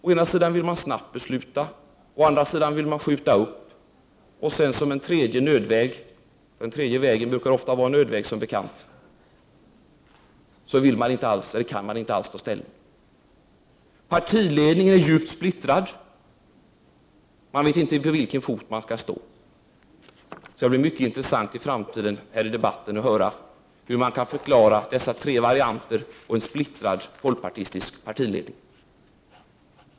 Å ena sidan vill folkpartisterna snabbt fatta beslut, å andra sidan vill de skjuta upp beslutet och som en tredje nödväg — den tredje vägen brukar som bekant ofta vara en nödväg — kan de inte alls ta ställning. Partiledningen är djupt splittrad. De vet inte på vilken fot de skall stå. Det skall bli mycket intressant att höra hur de kan förklara dessa tre varianter och en splittrad folkpartistisk partiledning.